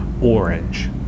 orange